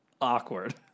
awkward